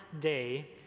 day